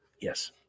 Yes